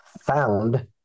found